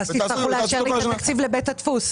ואז תצטרכו לאשר לי את התקציב לבית הדפוס.